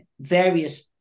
various